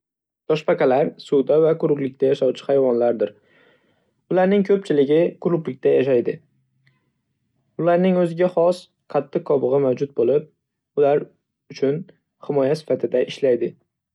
Toshbaqalar suvda va quruqlikda yashovchi hayvonlardir. Ularning ko'pchiligi quruqlikda yashaydi. Ularning o'ziga xos qattiq qobig'i mavjud bo'lib ular uchun himoya sifatida ishlaydi.